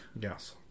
Yes